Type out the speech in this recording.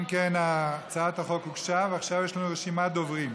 אם כן, ההצעה הוגשה, וכעת יש לנו רשימת דוברים.